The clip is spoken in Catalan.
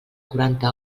quaranta